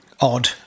odd